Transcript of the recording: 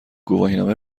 گواهینامه